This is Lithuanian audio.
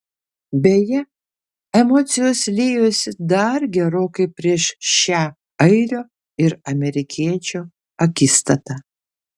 beje emocijos liejosi dar gerokai prieš šią airio ir amerikiečio akistatą